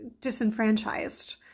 disenfranchised